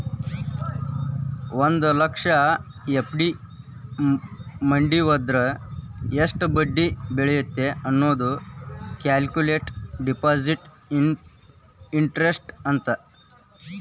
ಒಂದ್ ಲಕ್ಷ ಎಫ್.ಡಿ ಮಡಿವಂದ್ರ ಎಷ್ಟ್ ಬಡ್ಡಿ ಬೇಳತ್ತ ಅನ್ನೋದ ಕ್ಯಾಲ್ಕುಲೆಟ್ ಡೆಪಾಸಿಟ್ ಇಂಟರೆಸ್ಟ್ ಅಂತ